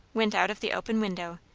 went out of the open window,